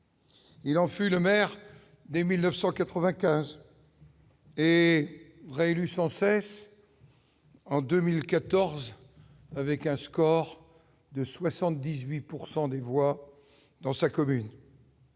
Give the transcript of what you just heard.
Il en fut le maire, mai 1995 est réélu sans cesse en 2014, avec un score de 78 pourcent des des voix dans sa commune.